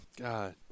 God